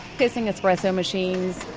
hissing espresso machines,